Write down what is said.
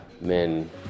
men